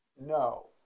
No